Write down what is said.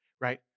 right